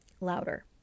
Louder